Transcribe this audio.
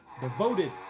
devoted